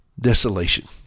desolation